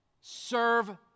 Serve